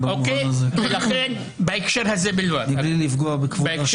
וזה לא קרה